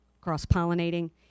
cross-pollinating